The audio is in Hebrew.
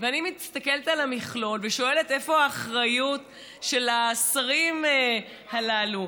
ואני מסתכלת על המכלול ושואלת איפה האחריות של השרים הללו.